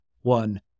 one